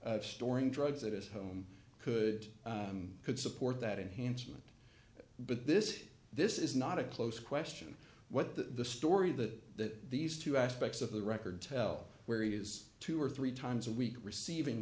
time storing drugs at his home could could support that enhancement but this this is not a close question what the story that these two aspects of the record tell where he is two or three times a week receiving